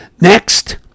Next